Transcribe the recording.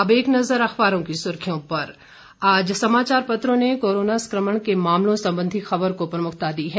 अब एक नज़र अखबारों की सुर्खियों पर आज समाचार पत्रों ने कोरोना संक्रमण के मामलों संबंधी खबर को प्रमुखता दी है